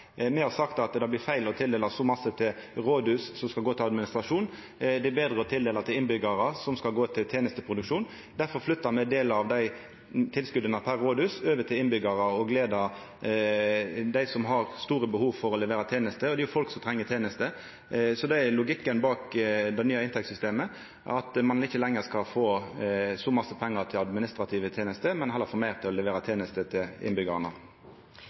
rådhus som skal gå til administrasjon. Det er betre å tildela per innbyggjar som skal gå til tenesteproduksjon. Difor flytta me delar av tilskota per rådhus over til innbyggjarar, og gleder dei som har store behov for å levera tenester. Det er jo folk som treng tenester. Så logikken bak det nye inntektssystemet er at ein ikkje lenger skal få så masse pengar til administrative tenester, men heller få meir til å levera tenester til